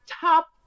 top